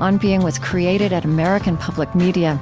on being was created at american public media.